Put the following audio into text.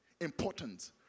Important